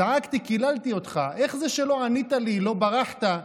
צעקתי, קיללתי אותך, איך זה שלא ענית לי, לא ברחת?